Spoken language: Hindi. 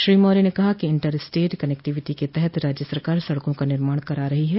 श्री मौर्य ने कहा कि इंटर स्टेट कनेक्टिविटी के तहत राज्य सरकार सड़कों का निर्माण करा रही है